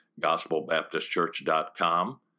gospelbaptistchurch.com